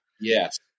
Yes